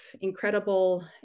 incredible